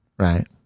right